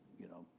you know,